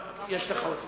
יש לך עוד זמן.